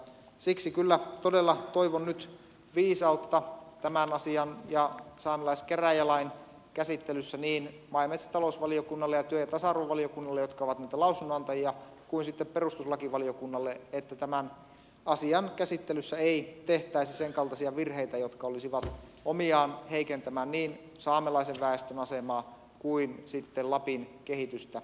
siksi kyllä todella toivon nyt viisautta tämän asian ja saamelaiskäräjälain käsittelyssä niin maa ja metsätalousvaliokunnalle ja työ ja tasa arvovaliokunnalle jotka ovat niitä lausunnonantajia kuin perustuslakivaliokunnalle että tämän asian käsittelyssä ei tehtäisi senkaltaisia virheitä jotka olisivat omiaan heikentämään niin saamelaisen väestön asemaa kuin lapin kehitystä ylipäätään